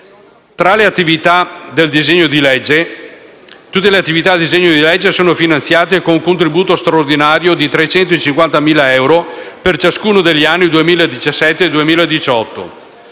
«Comitato dei cinquanta ovidiani». Tutte le attività del disegno di legge sono finanziate con un contributo straordinario di 350.000 euro per ciascuno degli anni 2017 e 2018.